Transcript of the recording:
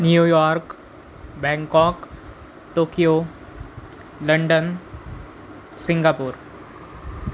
New York Bangkok Tokyo London Singapore